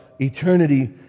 eternity